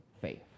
faith